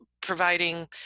providing